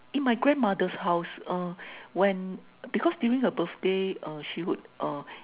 in my grandmother's house uh when because during her birthday uh she would uh